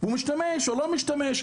הוא משתמש או לא משתמש.